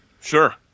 sure